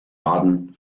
baden